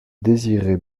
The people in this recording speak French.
désiré